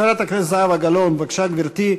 חברת הכנסת זהבה גלאון, בבקשה, גברתי.